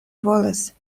volas